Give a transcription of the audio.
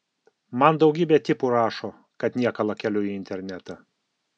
man daugybė tipų rašo kad niekalą keliu į internetą